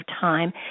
time